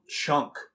chunk